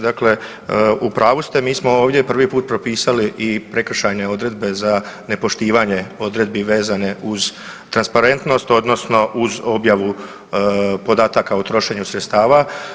Dakle, u pravu ste mi smo ovdje prvi put propisali i prekršajne odredbe za nepoštivanje odredbi vezane uz transparentnost odnosno uz objavu podataka o trošenju sredstava.